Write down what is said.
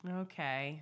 okay